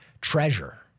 treasure